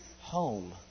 home